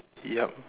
yup